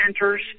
centers